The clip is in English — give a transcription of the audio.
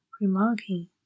remarking